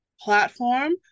platform